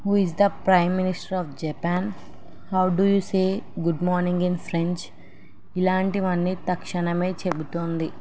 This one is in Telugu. who is the prime minister of Japan how do you say good morning in French ఇలాంటివన్నీ తక్షణమే చెబుతోంది